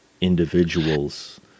individuals